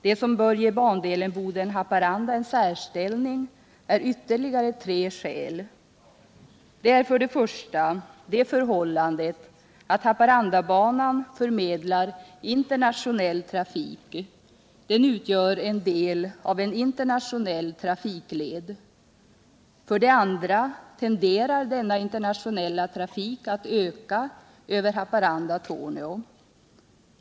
Det som bör ge bandelen Boden-Haparanda en särställning är ytterligare tre skäl. För det första förmedlar Haparandabanan internationell trafik. Den utgör en del av en internationell trafikled. För det andra tenderar denna internationella trafik att öka över Haparanda-Torneå.